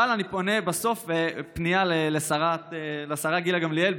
אבל אני פונה בסוף לשרה גילה גמליאל,